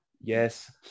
Yes